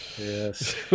Yes